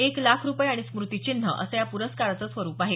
एक लाख रुपये आणि स्मृतिचिन्ह असं या प्रस्कारचं स्वरुप आहे